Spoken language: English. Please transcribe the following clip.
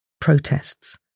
protests